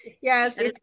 yes